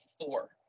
four